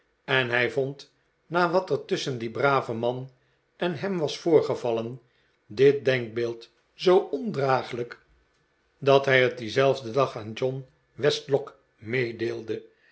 en hij vond na wat er tusschen dien braven man en hem was voorgevallen dit denkbeeld zoo ondraaglijk dat hij het dienzelfden dag aan john westlock meedeelde